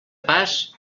pas